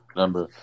number